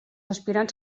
aspirants